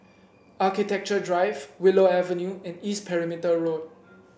Architecture Drive Willow Avenue and East Perimeter Road